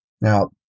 Now